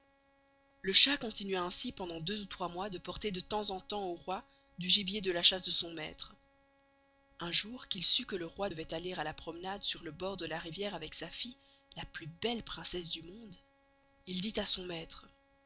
le chat continua ainsi pendant deux ou trois mois à porter de temps en temps au roy du gibier de la chasse de son maistre un jour qu'il sceut que le roy devoit aller à la promenade sur le bord de la riviere avec sa fille la plus belle princesse du monde il dit à son maistre